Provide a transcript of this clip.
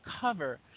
cover